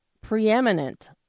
preeminent